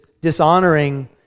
dishonoring